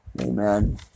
amen